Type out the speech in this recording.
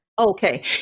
Okay